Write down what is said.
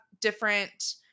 different